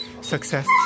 Success